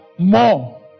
More